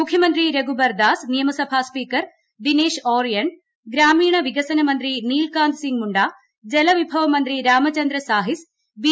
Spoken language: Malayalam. മുഖ്യമന്ത്രി രഘുബർദാസ് നിയമസഭാ സ്പീക്കർ ദിനേശ് ഓറിയൺ ഗ്രാമീണ വികസന മന്ത്രി നീൽകാന്ത് സിംഗ് മുണ്ഡ ജല വിഭവ മന്ത്രി രാമചന്ദ്ര സാഹിസ് ബി